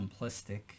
simplistic